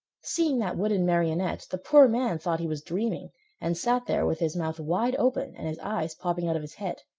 seeing that wooden marionette, the poor man thought he was dreaming and sat there with his mouth wide open and his eyes popping out of his head.